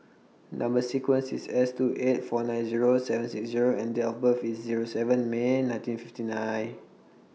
Number sequence IS S two eight four nine Zero seven six Zero and Date of birth IS Zero seven May nineteen fifty nine